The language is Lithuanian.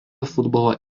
futbolo